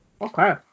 okay